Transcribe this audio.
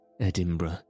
Edinburgh